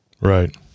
Right